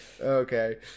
Okay